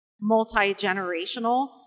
multi-generational